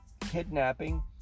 kidnapping